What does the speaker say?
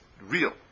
real